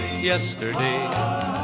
yesterday